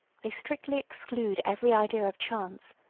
they strictly exclude every idea of chance,